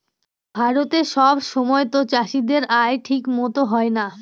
ভারতে সব সময়তো চাষীদের আয় ঠিক মতো হয় না